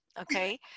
Okay